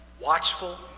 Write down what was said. watchful